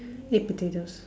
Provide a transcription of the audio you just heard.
eight potatoes